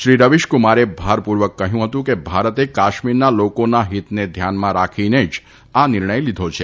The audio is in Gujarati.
શ્રી રવિશકુમારે ભારપૂર્વક કહ્યું હતું કે ભારતે કાશ્મીરના લોકોના હિતને ધ્યાનમાં રાખીને જ આ નિર્ણય લીધો છે